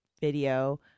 video